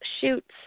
shoots